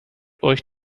euch